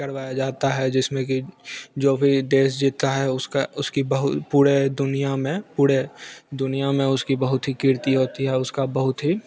करवाया जाता है जिसमे कि जो भी देश जीतता है उसका उसकी बहुत पूरे दुनिया में पूरे दुनिया में उसकी बहुत ही कीर्ति होती है उसका बहुत ही